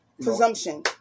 presumption